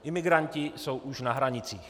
Imigranti jsou už na hranicích.